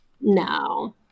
No